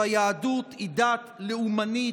שהיהדות היא דת לאומנית,